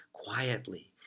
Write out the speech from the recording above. Quietly